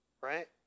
Right